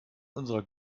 unserer